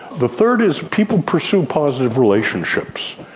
the third is people pursue positive relationships,